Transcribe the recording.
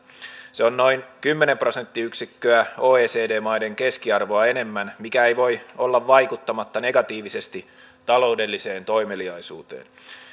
se on noin kymmenen prosenttiyksikköä oecd maiden keskiarvoa enemmän mikä ei voi olla vaikuttamatta negatiivisesti taloudelliseen toimeliaisuuteen